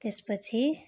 त्यसपछि